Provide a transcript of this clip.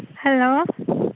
hello